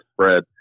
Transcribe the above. spread